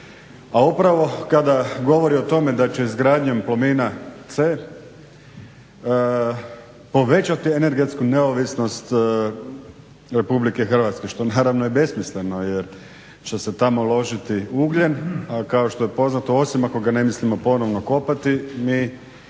A upravo kada govori o tome da će izgradnjom Plomina C povećati energetsku neovisnost Republike Hrvatske što naravno je besmisleno, jer će se tamo ložiti ugljen, a kao što je poznato, osim ako ga ne mislimo ponovno kopati mi